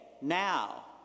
now